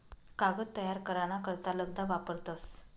कागद तयार करा ना करता लगदा वापरतस